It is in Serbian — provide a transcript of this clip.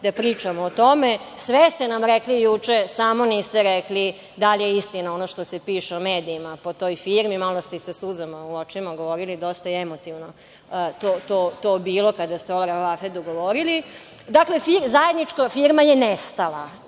da pričamo o tome. Sve ste nam rekli juče, samo niste rekli da li je istina ono što se piše u medijima o toj firmi. Malo ste sa suzama u očima govorili, dosta emotivno je to bilo kada ste o „Al Ravafedu“ govorili. Dakle, zajednička firma je nestala,